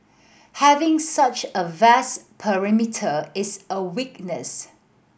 having such a vast perimeter is a weakness